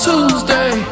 Tuesday